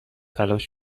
تلاش